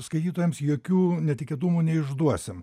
skaitytojams jokių netikėtumų neišduosim